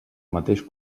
mateix